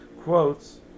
quotes